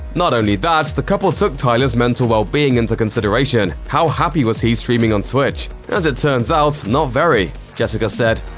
not only that, the couple took tyler's mental well-being into consideration. how happy was he streaming on twitch? as it turns out, not very. jessica said,